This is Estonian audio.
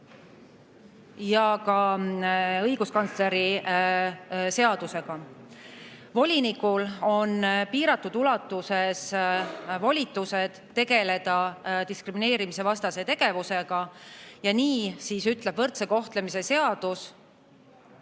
ja ka õiguskantsleri seadusega. Volinikul on piiratud ulatuses volitused tegeleda diskrimineerimisvastase tegevusega. Niisiis ütleb võrdse kohtlemise seadus,